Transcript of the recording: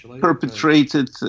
perpetrated